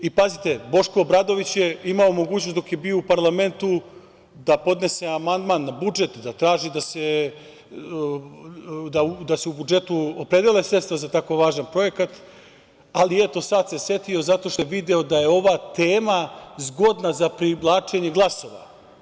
Pazite, Boško Obradović je imao mogućnost dok je bio u parlamentu da podnese amandman na budžet da traži da se u budžetu opredele sredstva za tako važan projekat, ali, eto, sad se setio, zato što je video da je ova tema zgodna za privlačenje glasova.